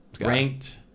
ranked